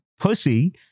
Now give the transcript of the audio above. pussy